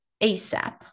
ASAP